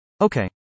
Okay